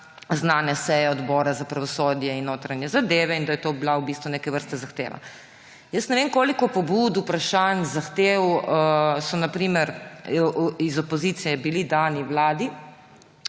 znane seje odbora za pravosodje in odbora za notranje zadeve in da je to bila neke vrste zahteva. Ne vem, koliko pobud, vprašanj, zahtev je na primer iz opozicije bilo danih Vladi.